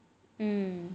hmm